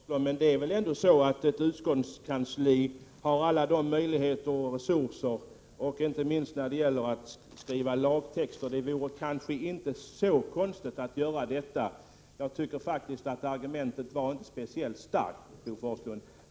Herr talman! Det är kanske en förklaring, Bo Forslund. Men ett utskottskansli har väl ändå alla möjligheter och resurser, inte minst när det gäller att skriva lagtext. Det skulle väl inte vara så märkligt att åstadkomma någonting i detta sammanhang. Jag tycker således att det framförda argumentet inte var speciellt starkt, Bo Forslund.